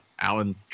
Alan